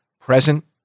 present